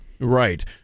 Right